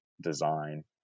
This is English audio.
design